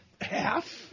half